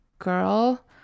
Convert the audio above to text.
girl